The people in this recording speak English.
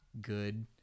Good